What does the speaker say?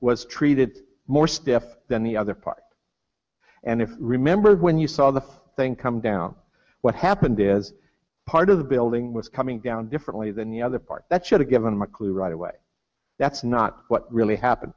was treated more stiff than the other parts and if you remember when you saw the thing come down what happened is part of the building was coming down differently than the other part that should have given a clue right away that's not what really happen